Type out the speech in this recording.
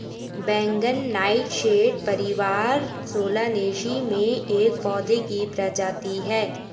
बैंगन नाइटशेड परिवार सोलानेसी में एक पौधे की प्रजाति है